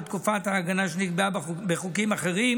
לתקופת ההגנה שנקבעה בחוקים אחרים